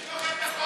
נו, באמת.